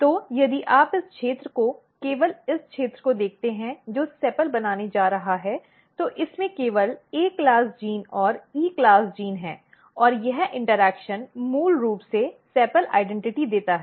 तो यदि आप इस क्षेत्र को केवल इस क्षेत्र को देखते हैं जो सेपल बनाने जा रहा है तो इसमें केवल A वर्ग जीन और E वर्ग जीन है और यह इन्टर्ऐक्शन मूल रूप से सेपल पहचान देता है